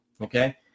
okay